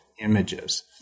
Images